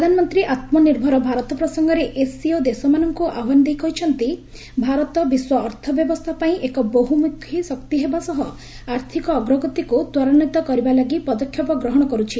ପ୍ରଧାନମନ୍ତ୍ରୀ ଆତ୍କନିର୍ଭର ଭାରତ ପ୍ରସଙ୍ଗରେ ଏସ୍ସିଓ ଦେଶମାନଙ୍କୁ ଆହ୍ୱାନ ଦେଇ କହିଛନ୍ତି ଭାରତ ବିଶ୍ୱ ଅର୍ଥ ବ୍ୟବସ୍ଥା ପାଇଁ ଏକ ବହୁମୁଖୀ ଶକ୍ତି ହେବା ସହ ଆର୍ଥକ ଅଗ୍ରଗତିକୁ ତ୍ୱରାନ୍ୱିତ କରିବା ଲାଗି ପଦକ୍ଷେପ ଗ୍ରହଣ କରୁଛି